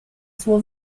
suo